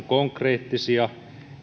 konkreettisia